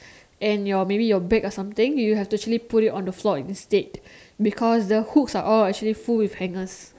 and your maybe your bag or something you have to actually put it on the floor instead because the hooks are actually full of all hangers